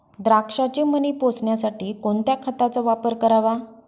द्राक्षाचे मणी पोसण्यासाठी कोणत्या खताचा वापर करावा?